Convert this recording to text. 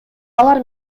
алар